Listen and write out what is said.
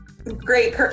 Great